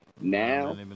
Now